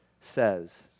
says